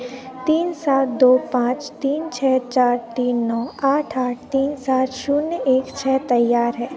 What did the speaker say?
तीन सात दो पाँच तीन छः चार तीन नौ आठ आठ तीन सात शून्य एक छः तैयार है